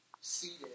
seated